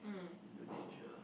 Indonesia